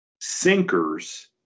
sinkers